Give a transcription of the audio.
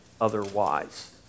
otherwise